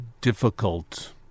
difficult